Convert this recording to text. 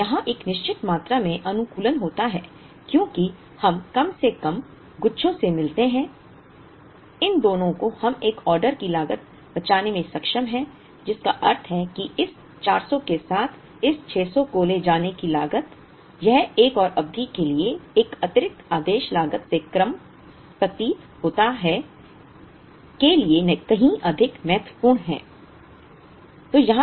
अब यहाँ एक निश्चित मात्रा में अनुकूलन होता है क्योंकि हम कम से कम गुच्छों से मिलते हैं इन दोनों को हम एक ऑर्डर की लागत बचाने में सक्षम हैं जिसका अर्थ है कि इस 400 के साथ इस 600 को ले जाने की लागत यह एक और अवधि के लिए एक अतिरिक्त आदेश लागत से कम प्रतीत होता है के लिए कहीं अधिक महत्वपूर्ण है